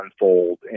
unfold